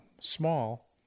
small